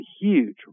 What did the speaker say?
huge